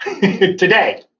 Today